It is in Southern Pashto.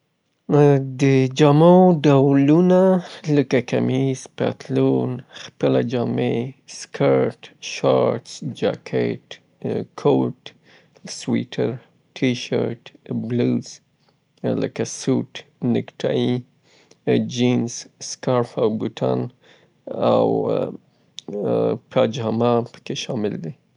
جامو کې مختلفې جامې شاملیږي او هغه کولتوری جامې دي چې د هر چا خپل خپل دي او په مختلفو ډولو ګنډل کیږي لکه کمیس، پطلون، شیرت شو، ټي شیرت شو، سویټر شو، لکه بوټان شو، جورابې شوې همدارنګه خولۍ او نور کولتوری شیان ورته شاملیږي.